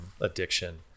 addiction